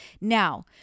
Now